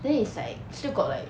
then it's like still got like